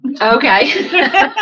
okay